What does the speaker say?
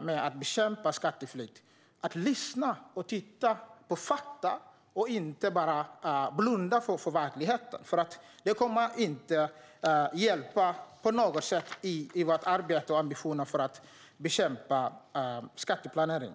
med att bekämpa skatteflykt tycker jag att det är väldigt viktigt att lyssna och titta på fakta. Man ska inte blunda för verkligheten, för det kommer inte på något sätt att vara till hjälp i vårt arbete och våra ambitioner för att bekämpa skatteplanering.